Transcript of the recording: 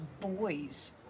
boys